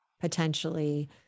potentially